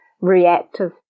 reactive